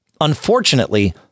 Unfortunately